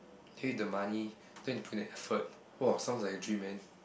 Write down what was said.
don't need the money don't need put in effort !wow! sounds like a dream man